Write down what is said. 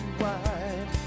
wide